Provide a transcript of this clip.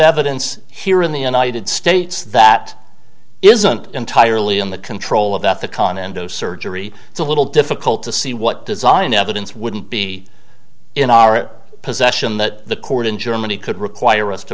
evidence here in the united states that isn't entirely in the control of that the con end of surgery it's a little difficult to see what design evidence wouldn't be in our possession that the court in germany could require us to